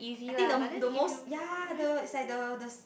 I think the the most yea the it's like the the